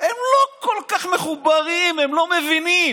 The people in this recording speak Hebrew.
הם לא כל כך מחוברים, הם לא מבינים.